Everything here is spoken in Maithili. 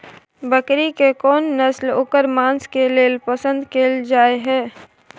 बकरी के कोन नस्ल ओकर मांस के लेल पसंद कैल जाय हय?